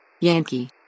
Yankee